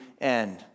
end